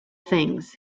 things